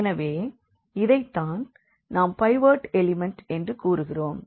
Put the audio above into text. எனவே இதைத்தான் நாம் பைவோட் எலிமண்ட் என்று கூறுகிறோம்